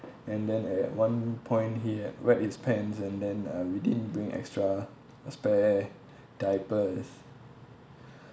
and then at one point he had wet his pants and then uh we didn't bring extra spare diapers